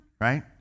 right